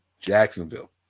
Jacksonville